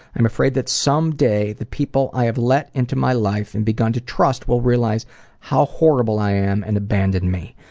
i'm afraid that someday the people i have let into my life and begun to trust will realize how horrible i am and abandon me.